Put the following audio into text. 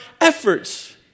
efforts